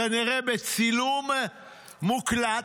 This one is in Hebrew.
כנראה בצילום מוקלט,